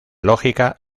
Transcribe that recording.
lógica